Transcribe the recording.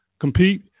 compete